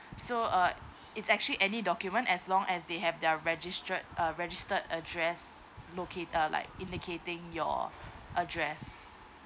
so uh it's actually any document as long as they have their registered uh registered address locate uh like indicating your address